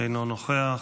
- אינו נוכח,